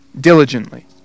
diligently